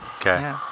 Okay